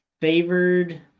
favored